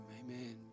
amen